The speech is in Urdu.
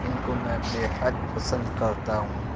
ان کو میں بےحد پسند کرتا ہوں